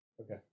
Okay